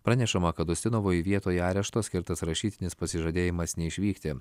pranešama kad usinovui vietoj arešto skirtas rašytinis pasižadėjimas neišvykti